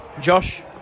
Josh